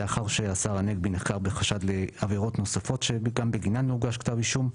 לאחר שהשר הנגבי נחקר בחשד לעבירות נוספות שגם בגינן לא הוגש כתב אישום.